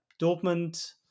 Dortmund